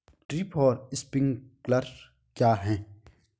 Drip और sprinkler क्या हैं?